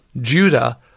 Judah